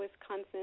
Wisconsin